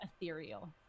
ethereal